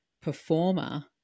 performer